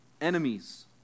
enemies